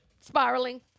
Spiraling